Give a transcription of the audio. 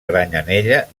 granyanella